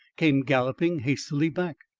came galloping hastily back.